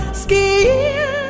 skin